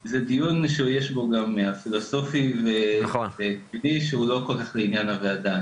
זה דיון שיש בו גם פילוסופיה והוא לא כל כך לעניין הוועדה,